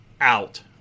out